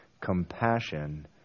compassion